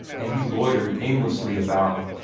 and he loitered aimlessly about,